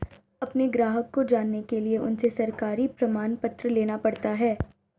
अपने ग्राहक को जानने के लिए उनसे सरकारी प्रमाण पत्र लेना पड़ता है